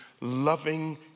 loving